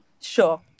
Sure